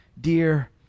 dear